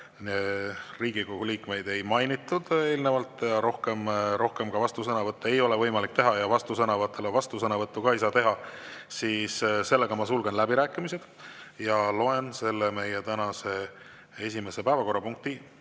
Riigikogu liikmeid eelnevalt ei mainitud, rohkem vastusõnavõtte ei ole võimalik teha ja vastusõnavõtule vastusõnavõttu ka ei saa teha, siis ma sulgen läbirääkimised ja loen meie tänase esimese päevakorrapunkti